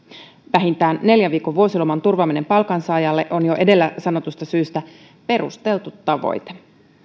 vähintään neljän viikon vuosiloman turvaaminen palkansaajalle on jo edellä sanotuista syistä perusteltu tavoite